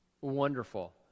wonderful